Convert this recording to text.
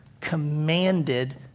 commanded